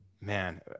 man